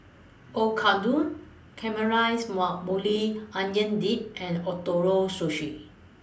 Oyakodon Caramelized Maui Onion Dip and Ootoro Sushi